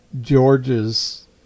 George's